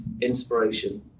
inspiration